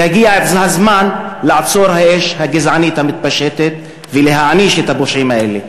והגיע הזמן לעצור את האש הגזענית המתפשטת ולהעניש את הפושעים האלה.